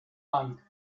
lang